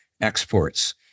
exports